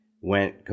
went